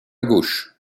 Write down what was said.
gauche